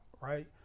right